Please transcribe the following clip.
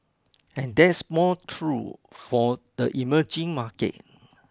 and that's more true for the emerging markets